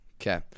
Okay